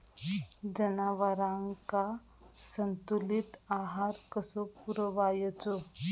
जनावरांका संतुलित आहार कसो पुरवायचो?